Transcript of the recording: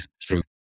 true